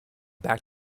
back